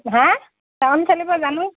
হাঁ চাউল চালিব জানো